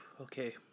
Okay